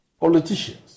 politicians